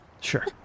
Sure